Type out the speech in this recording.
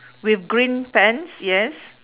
with green pants yes